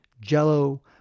jello